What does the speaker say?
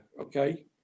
okay